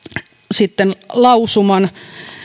sitten lausuman